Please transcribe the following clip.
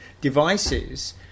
devices